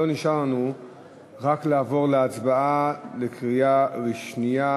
נשאר לנו רק לעבור להצבעה בקריאה שנייה,